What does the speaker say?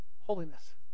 holiness